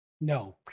no